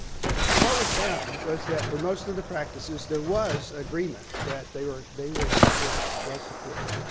so what we found was that for most of the practices, there was agreement that they were they were supported, well supported.